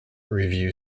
review